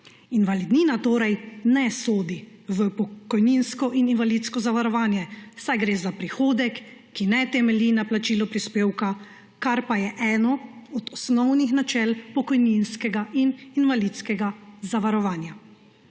Invalidnina torej ne sodi v pokojninsko in invalidsko zavarovanje, saj gre za prihodek, ki ne temelji na plačilu prispevka, kar pa je eno od osnovnih načel pokojninskega in invalidskega zavarovanja.